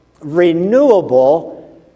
renewable